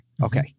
Okay